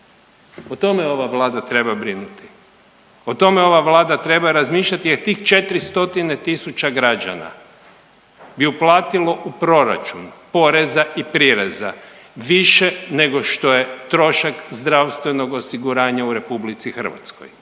O tome ova Vlada treba brinuti, o tome ova Vlada treba razmišljati, jer tih 400 000 građana bi uplatilo u proračun poreza i prireza više nego što je trošak zdravstvenog osiguranja u RH. Oni to